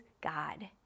God